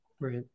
Right